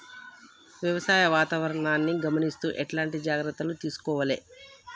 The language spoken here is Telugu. వ్యవసాయ వాతావరణాన్ని గమనిస్తూ ఎట్లాంటి జాగ్రత్తలు తీసుకోవాలే?